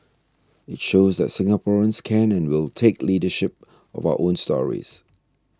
it shows that Singaporeans can and will take leadership of our own stories